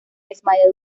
desmaya